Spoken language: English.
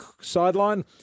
sideline